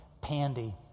Pandy